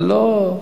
אבל לא,